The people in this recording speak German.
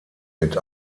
mit